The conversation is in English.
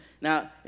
Now